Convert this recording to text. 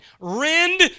rend